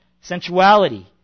sensuality